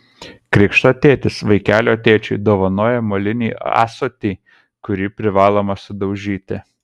krikšto tėtis vaikelio tėčiui dovanoja molinį ąsotį kurį privaloma sudaužyti